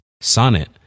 Sonnet